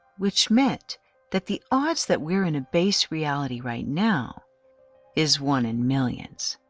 which meant that the odds that we're in a base reality right now is one in millions.